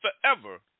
forever